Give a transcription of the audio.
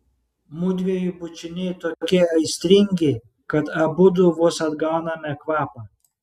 mudviejų bučiniai tokie aistringi kad abudu vos atgauname kvapą